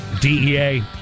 DEA